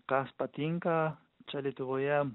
kas patinka čia lietuvoje